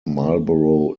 marlboro